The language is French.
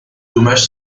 dommage